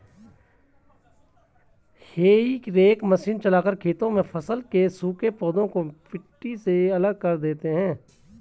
हेई rake machine चलाकर खेतों में फसल के सूखे पौधे को मिट्टी से अलग कर देते हैं